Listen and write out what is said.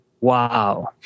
Wow